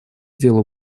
делу